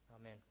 amen